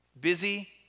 Busy